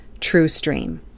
TrueStream